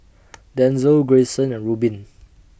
Denzell Greyson and Rubin